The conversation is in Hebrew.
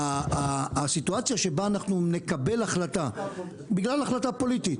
הסיטואציה שבה אנחנו נקבל החלטה בגלל החלטה פוליטית,